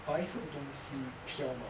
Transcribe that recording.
白色的东西飘吗